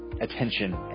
attention